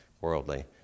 Worldly